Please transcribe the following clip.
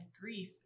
grief